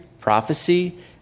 prophecy